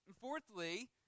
fourthly